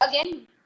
again